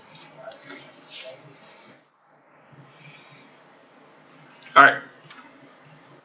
alright